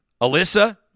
Alyssa